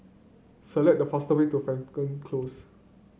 select the fastest way to Frankel Close